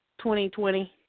2020